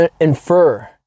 infer